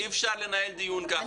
חברים, אי אפשר לנהל דיון ככה.